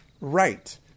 right